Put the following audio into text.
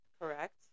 Correct